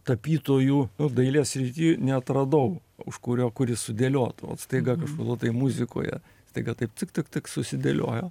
tapytojų dailės srity neatradau už kurio kuris sudėliotų vat staiga kažkodėl tai muzikoje staiga taip tik tik tik susidėliojo